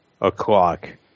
o'clock